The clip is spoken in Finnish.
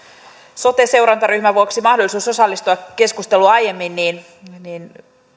sote seurantaryhmän vuoksi mahdollisuus osallistua keskusteluun aiemmin niin niin